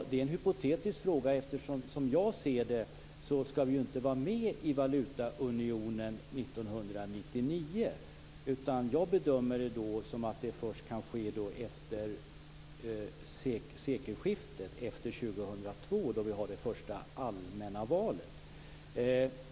Det är en hypotetisk fråga. Som jag ser det skall vi inte vara med i valutaunionen 1999. Jag bedömer det som att vi kan gå med först efter sekelskiftet, efter år 2002, då vi har det första allmänna valet.